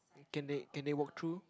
can they can they walk through